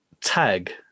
Tag